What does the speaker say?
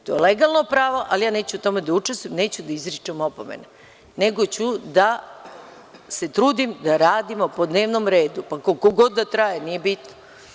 To je legalno pravo, ali ja neću u tome da učestvujem i neću da izričem opomene, nego ću da se trudim da radimo po dnevnom redu, pa koliko god da traje, nije bitno.